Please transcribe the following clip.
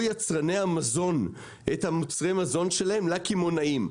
יצרני המזון את מוצרי המזון שלהם לקמעונאים,